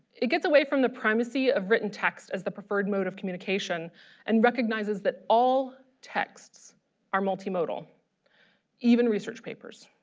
it gets away from the primacy of written text as the preferred mode of communication and recognizes that all texts are multimodal even research papers.